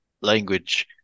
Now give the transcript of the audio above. language